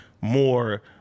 more